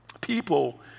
People